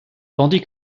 tandis